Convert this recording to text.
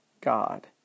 God